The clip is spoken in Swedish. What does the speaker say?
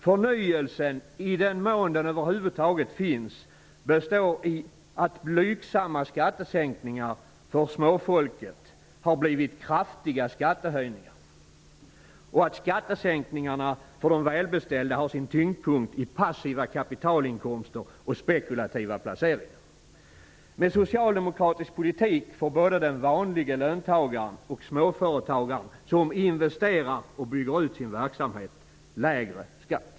Förnyelsen, i den mån den över huvud taget finns, består i att blygsamma skattesänkningar för småfolket har blivit kraftiga skattehöjningar, och skattesänkningarna för de välbeställda har sin tyngdpunkt i passiva kapitalinkomster och spekulativa placeringar. Med socialdemokratisk politik får både den vanlige löntagaren och småföretagaren som investerar och bygger ut sin verksamhet lägre skatt.